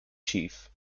chief